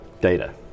data